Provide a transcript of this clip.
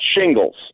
shingles